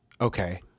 Okay